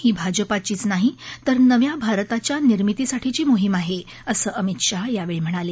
ही भाजपाचीच नाही तर नव्या भारताच्या निर्मितीसाठीची मोहीम आहे असं अमित शाह यावेळी म्हणाले